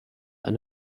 eine